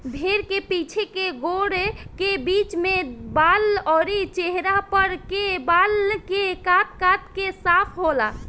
भेड़ के पीछे के गोड़ के बीच में बाल अउरी चेहरा पर के बाल के काट काट के साफ होला